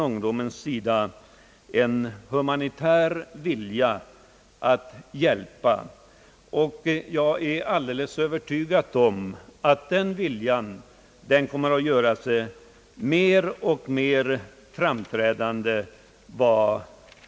Ungdomen har en humanitär vilja att hjälpa. Jag är alldeles övertygad om att den viljan kommer att framträda mer och mer vad tiden lider.